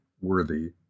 worthy